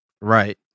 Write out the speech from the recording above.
Right